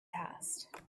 past